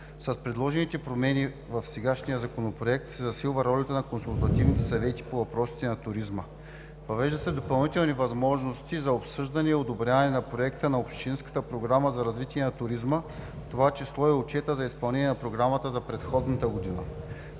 С предложените промени в сегашния законопроект се засилва ролята на консултативните съвети по въпросите на туризма. Въвеждат се допълнителни възможности за обсъждане и одобряване на проекта на общинската програма за развитие на туризма, в това число и отчета за изпълнение на програмата за предходната година.